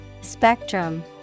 Spectrum